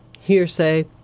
hearsay